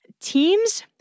teams